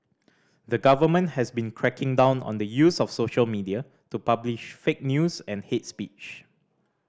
the government has been cracking down on the use of social media to publish fake news and hate speech